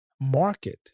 market